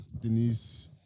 Denise